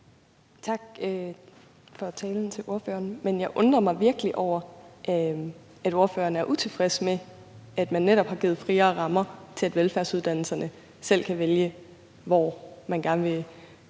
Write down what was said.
Tak for talen til ordføreren. Men jeg undrer mig virkelig over, at ordføreren er utilfreds med, at man netop har givet friere rammer til, at velfærdsuddannelserne selv kan vælge, hvor de gerne vil flytte